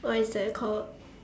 what is that called